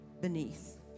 beneath